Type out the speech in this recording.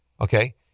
okay